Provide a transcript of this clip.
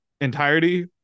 entirety